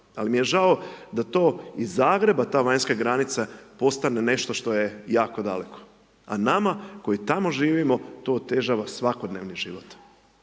ali m i je žao da to iz Zagreba ta vanjska granica postane nešto što je jako daleko, a nama koji tamo živimo, to otežava svakodnevni život